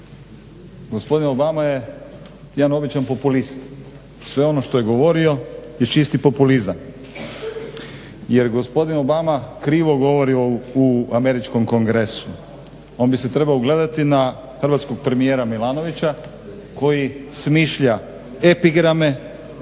Gospodin Obama je jedan običan populist, sve ono što je govorio je čisti populizam, jer gospodin Obama krivo govorio u Američkom kongresu, on bi se trebao ugledati na hrvatskog premijera Milanovića koji smišlja epigrame,